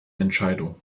entscheidung